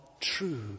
true